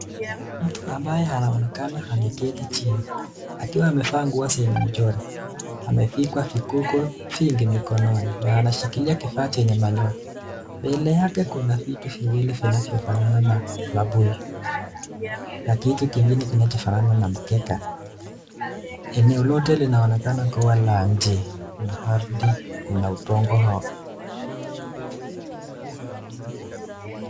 Mtu ambaye anaonekana ameketi chini. Akiwa amevaa nguo zenye mchoro. Amevikwa vigogo vingi mkononi na anashikilia kifaa chenye manyoa, mbele yake kuna vitu viwili vinavyo fanana na bui na kitu kingine kinacho fanana na mkeka. Eneo lote linaonekana kuwa la nje na ardhi una udongo.